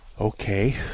Okay